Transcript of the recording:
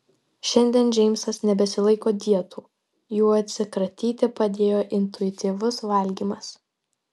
šiandien džeimsas nebesilaiko dietų jų atsikratyti padėjo intuityvus valgymas